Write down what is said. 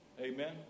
Amen